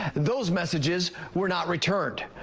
and those messages were not returned.